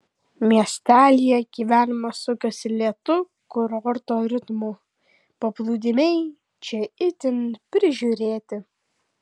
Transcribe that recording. miestelyje gyvenimas sukasi lėtu kurorto ritmu paplūdimiai čia itin prižiūrėti